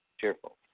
Cheerful